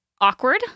awkward